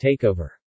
takeover